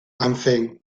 enfin